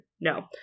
No